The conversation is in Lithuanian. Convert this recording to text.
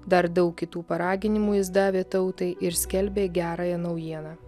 dar daug kitų paraginimų jis davė tautai ir skelbė gerąją naujieną